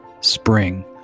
spring